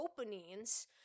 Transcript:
openings